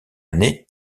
année